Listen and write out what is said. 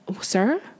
sir